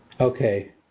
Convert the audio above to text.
Okay